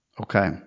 Okay